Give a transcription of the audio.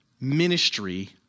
ministry